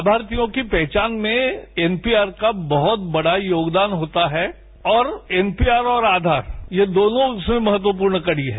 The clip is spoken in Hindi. लाभार्थियों की पहचान में एनपीआर का बहुत बड़ा योगदान होता है और एनपीआर और आधार ये दोनों महत्वपूर्ण कड़ी है